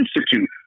Institute